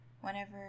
whenever